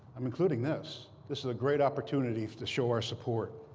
i'm including this. this is a great opportunity to show our support.